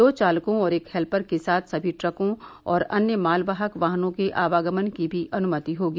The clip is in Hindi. दो चालकों और एक हेल्पर के साथ सभी ट्रकों और अन्य मालवाहक वाहनों के आवागमन की भी अनुमति होगी